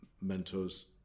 mentors